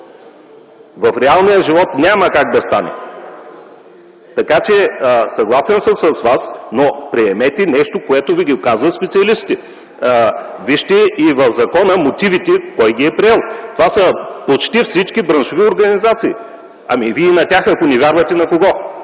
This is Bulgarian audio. В реалния живот няма как да стане. Съгласен съм с Вас, но приемете нещо, което Ви го казват специалисти. Вижте в закона и мотивите. Кой ги е приел? Това са почти всички браншови организации. Вие на тях ако не вярвате, на кого?!